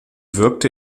wirkte